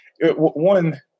one